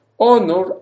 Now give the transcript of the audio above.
honor